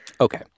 okay